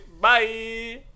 Bye